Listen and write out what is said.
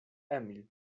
emil